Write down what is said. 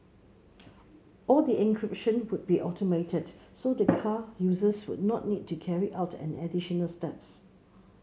all the encryption would be automated so the car users would not need to carry out any additional steps